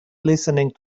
listening